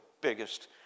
biggest